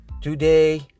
Today